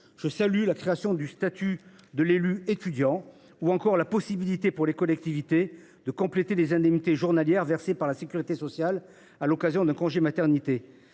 Je salue la création d’un statut de l’élu étudiant ou encore la possibilité pour les collectivités de compléter les indemnités journalières versées par la sécurité sociale à l’occasion d’un congé de maternité.